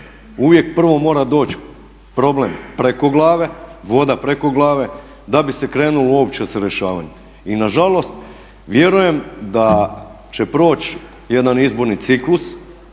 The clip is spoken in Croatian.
Uvijek prvo mora doći problem preko glave, voda preko glave da bi se krenulo uopće sa rješavanjem. I na žalost vjerujem da će proći jedan izborni ciklus